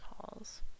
halls